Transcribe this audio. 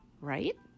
right